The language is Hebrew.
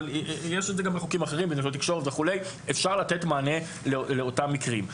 יש את זה גם בחוקים אחרים אפשר לתת מענה לאותם מקרים.